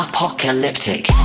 Apocalyptic